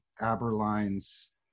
Aberline's